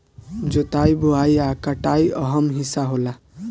जोताई बोआई आ कटाई अहम् हिस्सा होला